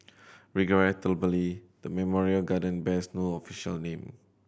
regrettably the memorial garden bears no official name